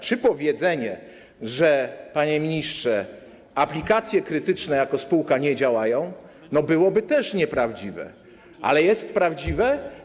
Czy powiedzenie, że, panie ministrze, Aplikacje Krytyczne jako spółka nie działają, byłoby też nieprawdziwe, ale jest prawdziwe?